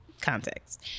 Context